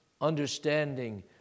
understanding